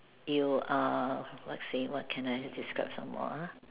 you are what say what can I describe some more uh